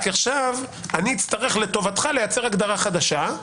כי עכשיו אני אצטרך לטובתך לייצר הגדרה חדשה.